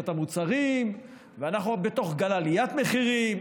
את המוצרים ואנחנו בתוך גל עליית מחירים.